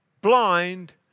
blind